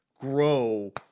grow